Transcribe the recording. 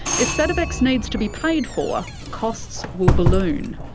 if sativex needs to be paid for, costs will balloon.